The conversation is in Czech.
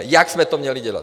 Jak jsme to měli dělat?